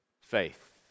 faith